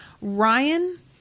Ryan